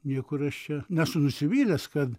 niekur aš čia nesu nusivylęs kad